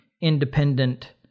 independent